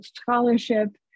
scholarship